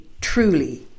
truly